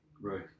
right